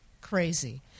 crazy